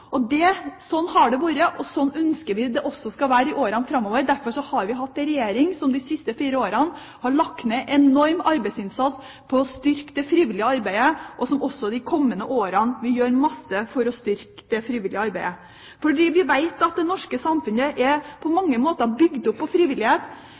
Sånn har det vært, og sånn ønsker vi at det også skal være i årene framover. Derfor har vi en regjering som de siste fire årene har lagt ned en enorm arbeidsinnsats i å styrke det frivillige arbeidet, og som også de kommende årene vil gjøre masse for å styrke det frivillige arbeidet – fordi vi vet at det norske samfunnet på mange måter er bygd opp på